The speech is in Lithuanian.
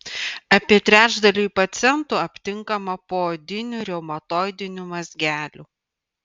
apie trečdaliui pacientų aptinkama poodinių reumatoidinių mazgelių